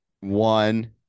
one